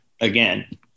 again